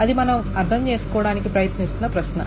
అది మనం అర్థం చేసుకోవడానికి ప్రయత్నిస్తున్న ప్రశ్న